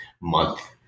month